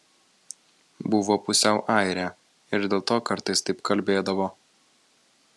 buvo pusiau airė ir dėl to kartais taip kalbėdavo